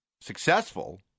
successful